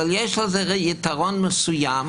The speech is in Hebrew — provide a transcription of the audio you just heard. אבל יש בזה יתרון מסוים,